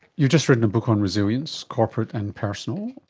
you've just written a book on resilience, corporate and personal.